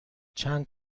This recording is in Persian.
چند